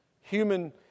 human